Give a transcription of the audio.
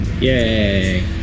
Yay